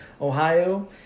Ohio